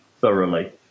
thoroughly